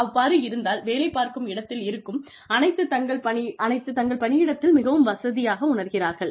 அவ்வாறு இருந்தால் வேலை பார்க்கும் இடத்தில் இருக்கும் அனைத்து தங்கள் பணியிடத்தில் மிகவும் வசதியாக உணர்கிறார்கள்